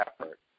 effort